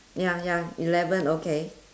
ya ya eleven okay